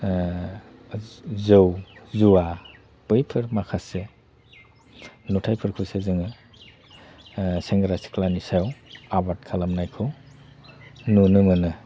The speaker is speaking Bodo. जौ जुवा बैफोर माखासे नुथायफोरखौसो जोङो सेंग्रा सिख्लानि सायाव आबाद खालामनायखौ नुनो मोनो